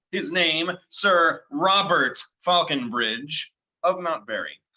his name, and sir robert falconbridge of mountberry.